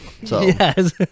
Yes